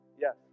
Yes